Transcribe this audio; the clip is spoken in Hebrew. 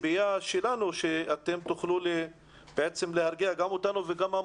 הציפייה שלנו היא שאתם תוכלו להרגיע גם אותנו וגם את